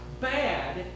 bad